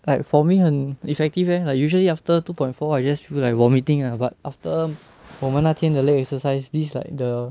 like for me 很 effective leh like usually after two point four I just feel like vomiting lah but after 我们那天的 leg exercise this is like the